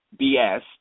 BS